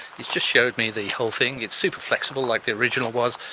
he's just showed me the whole thing, it's super flexible like the original was,